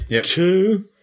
Two